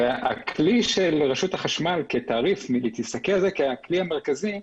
הכלי של רשות החשמל להסתכל על התעריף ככלי מרכזי,